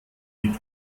die